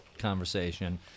conversation